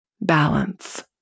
balance